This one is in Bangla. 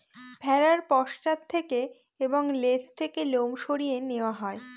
ভেড়ার পশ্চাৎ থেকে এবং লেজ থেকে লোম সরিয়ে নেওয়া হয়